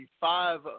five